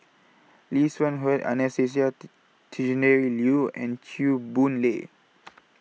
Lee Seng Huat Anastasia Tjendri Liew and Chew Boon Lay